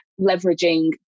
leveraging